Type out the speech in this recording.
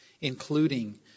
including